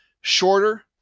shorter